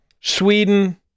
Sweden